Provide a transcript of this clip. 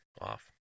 off